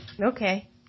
Okay